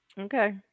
Okay